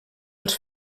els